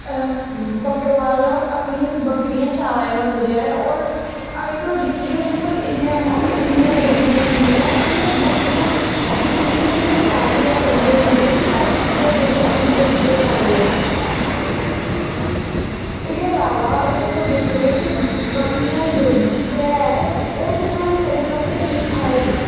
बक्करबाल ऐ ओह् अपनियां बक्करियां चारा दे होंदे ऐं होर अगर तुस दिखगे उं'दे कोल इन्नियां मा इन्नियां जादा बकरियां होंदियां ऐंड ओह् बक्करियां दिक्खने च बी इन्निया प्यारी होर सुंदर होंदियां कि हर कुसै दा दिल उं'दी बक्करियें पर आई जाह्ग एह्दे इलावा अगर तुस दिक्खगे कि बक्करियें दा दुद्ध जेह्ड़ा ऐ ओह् ते साढ़ी सेह्त बास्तै ठीक है ई